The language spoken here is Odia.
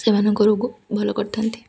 ସେମାନଙ୍କ ରୋଗ ଭଲ କରିଥାନ୍ତି